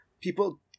people